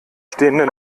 stehenden